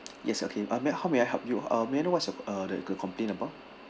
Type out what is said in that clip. yes okay uh may I how may I help you uh may I know what's your uh the complaint about